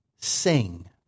Sing